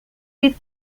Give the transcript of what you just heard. you